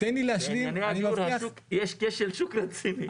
יש כשל שוק רציני ביותר.